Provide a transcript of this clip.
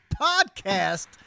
Podcast